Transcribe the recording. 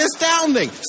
astounding